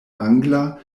angla